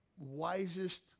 wisest